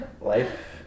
Life